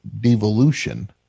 devolution